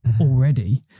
already